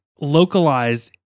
localized